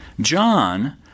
John